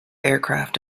aircraft